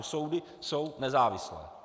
Soudy jsou nezávislé.